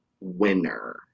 winner